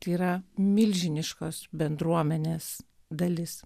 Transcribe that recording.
tai yra milžiniškos bendruomenės dalis